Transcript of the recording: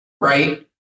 right